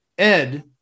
Ed